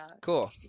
Cool